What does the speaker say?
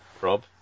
Rob